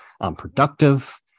unproductive